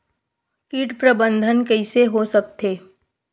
कीट प्रबंधन कइसे हो सकथे?